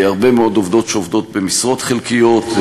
הרבה מאוד עובדות עובדות במשרות חלקיות,